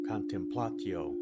Contemplatio